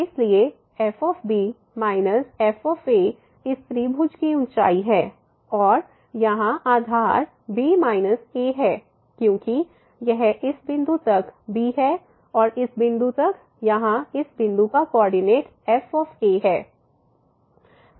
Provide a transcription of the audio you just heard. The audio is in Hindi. इसलिए f f इस त्रिभुज की ऊँचाई है और यहाँ आधार b a है क्योंकि यह इस बिंदु तक b है और इस बिंदु तक यहाँ इस बिंदु का कोऑर्डिनेट f है